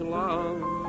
love